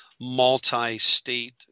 multi-state